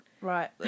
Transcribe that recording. Right